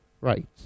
Right